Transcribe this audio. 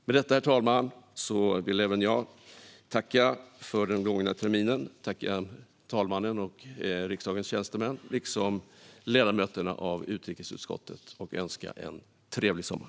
Med detta, herr talman, vill även jag tacka talmannen och riksdagens tjänstemän liksom ledamöterna av utrikesutskottet för den gångna terminen och önska en trevlig sommar!